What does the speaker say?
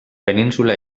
península